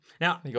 Now